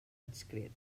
adscrit